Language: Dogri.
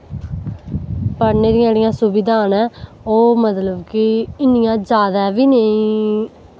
पढ़ने दि्यां जेह्ड़ियां सुविधां न ओह् इन्नियां जादै बी नेईं